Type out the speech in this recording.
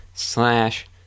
slash